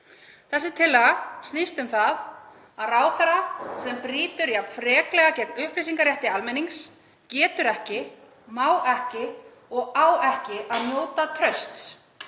Þessi tillaga snýst um það að ráðherra sem brýtur jafn freklega gegn upplýsingarétti almennings getur ekki, má ekki og á ekki að njóta trausts